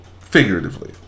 figuratively